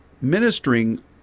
ministering